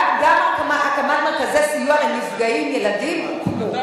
גם הקמת מרכזי סיוע לנפגעים ילדים הוקמו,